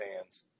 fans